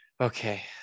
okay